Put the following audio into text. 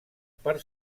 per